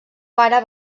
pare